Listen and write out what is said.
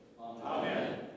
Amen